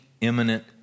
imminent